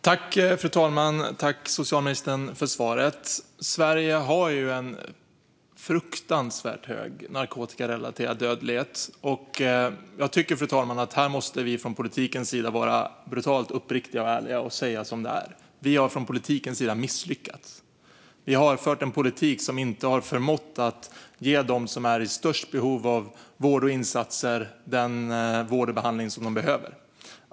Fru talman! Tack, socialministern, för svaret! Sverige har en fruktansvärt hög narkotikarelaterad dödlighet. Från politikens sida måste vi vara brutalt uppriktiga och ärliga och säga som det är: Vi har misslyckats. Vi har fört en politik som inte har förmått att ge dem som är i störst behov av vård och insatser den vård och behandling som de behöver.